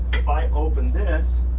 if i open this,